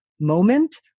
moment